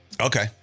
Okay